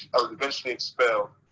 eventually expelled.